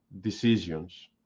decisions